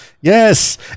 yes